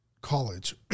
college